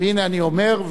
הנה אני אומר,